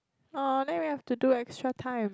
!huh! then we have to do extra time